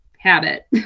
Habit